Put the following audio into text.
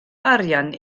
arian